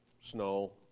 snow